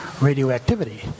radioactivity